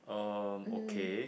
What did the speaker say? um okay